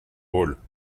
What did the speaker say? rôles